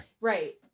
Right